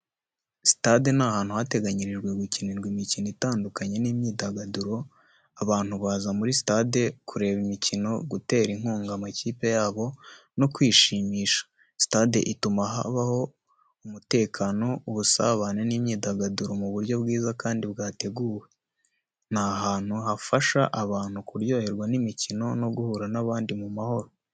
Sitade ni ahantu hateganyirijwe gukinirwa imikino itandukanye n’imyidagaduro. Abantu baza muri sitade kureba imikino, gutera inkunga amakipe yabo no kwishimisha. Sitade ituma habaho umutekano, ubusabane n’imyidagaduro mu buryo bwiza kandi bwateguwe. Ni ahantu hafasha abantu kuryoherwa n’imikino no guhura n’abandi mu mahoro.